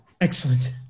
Excellent